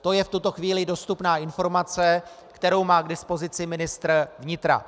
To je v tuto chvíli dostupná informace, kterou má k dispozici ministr vnitra.